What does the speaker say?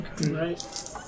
Right